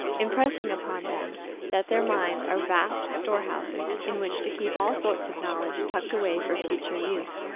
impressing upon them that their minds are vast storehouses in which to keep all sorts of knowledge tucked away for future use,